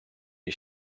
you